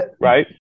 right